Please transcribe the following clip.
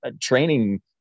training